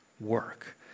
work